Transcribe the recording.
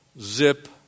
zip